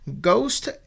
Ghost